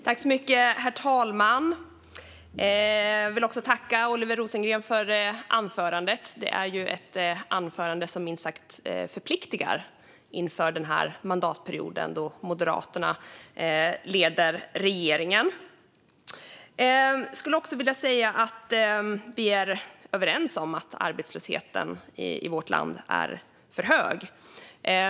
Herr talman! Jag vill tacka Oliver Rosengren för hans anförande. Det var ett anförande som minst sagt förpliktar inför denna mandatperiod då Moderaterna leder regeringen. Vi är överens om att arbetslösheten i vårt land är för hög.